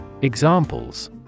Examples